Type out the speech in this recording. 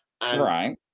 Right